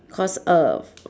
cause err